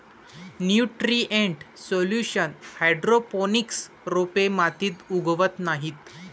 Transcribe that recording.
nutrient solution hydroponics रोपे मातीत उगवत नाहीत